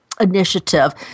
initiative